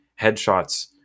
headshots